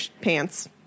pants